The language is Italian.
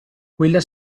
quella